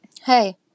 Hey